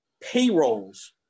payrolls